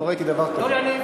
לא ראיתי דבר כזה.